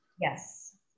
Yes